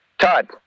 Todd